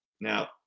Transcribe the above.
Now